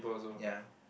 ya